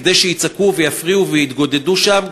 כדי שיצעקו ויפריעו ויתגודדו שם,